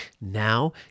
Now